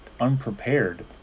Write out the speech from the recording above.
unprepared